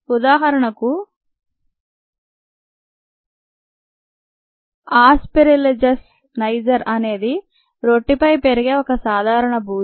ఉదాహరణకు aspergillus niger అనేది రొట్టెపై పెరిగే ఒక సాధారణ బూజు